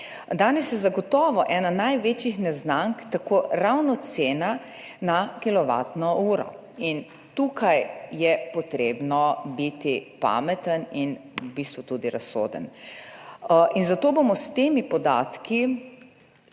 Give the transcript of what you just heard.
Danes je zagotovo ena največjih neznank tako ravno cena na kilovatno uro. Tukaj je treba biti pameten in v bistvu tudi razsoden, zato bomo s temi podatki,